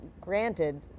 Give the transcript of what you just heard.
granted